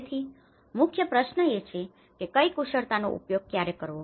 તેથી મુખ્ય પ્રશ્ન એ છે કે કઈ કુશળતાનો ઉપયોગ ક્યારે કરવો